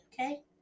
okay